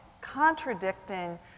contradicting